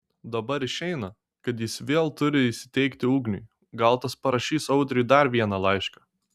dabar išeina kad jis vėl turi įsiteikti ugniui gal tas parašys audriui dar vieną laišką